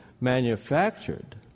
manufactured